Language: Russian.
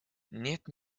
нет